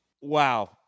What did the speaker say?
Wow